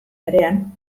berean